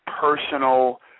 personal